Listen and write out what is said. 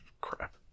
Crap